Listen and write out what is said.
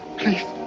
please